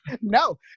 No